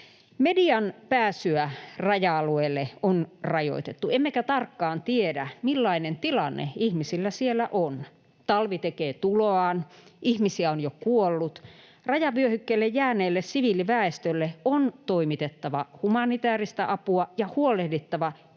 Median pääsyä raja-alueelle on rajoitettu, emmekä tarkkaan tiedä, millainen tilanne ihmisillä siellä on. Talvi tekee tuloaan, ja ihmisiä on jo kuollut. Rajavyöhykkeelle jääneelle siviiliväestölle on toimitettava humanitääristä apua, ja on huolehdittava erityisesti